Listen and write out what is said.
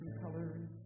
colors